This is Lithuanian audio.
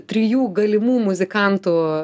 trijų galimų muzikantų